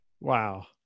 Wow